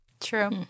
True